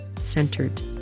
centered